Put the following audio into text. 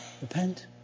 Repent